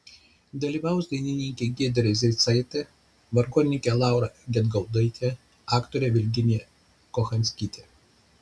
dalyvaus dainininkė giedrė zeicaitė vargonininkė laura gedgaudaitė aktorė virginija kochanskytė